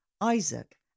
Isaac